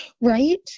Right